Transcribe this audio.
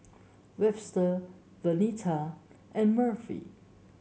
Webster Vernetta and Murphy